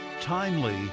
timely